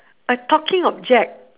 a talking object